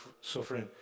suffering